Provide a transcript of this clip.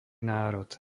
národ